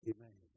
Amen